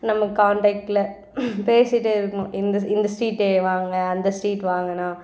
நம்ம காண்டெக்ட்டில் பேசிகிட்டே இருக்கணும் இந்த இந்த ஸ்ட்ரீட்டு வாங்க அந்த ஸ்ட்ரீட் வாங்கண்ணா